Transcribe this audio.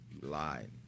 lied